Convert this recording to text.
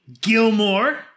Gilmore